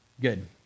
good